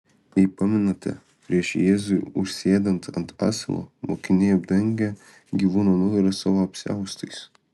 jei pamenate prieš jėzui užsėdant ant asilo mokiniai apdengia gyvūno nugarą savo apsiaustais